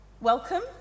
Welcome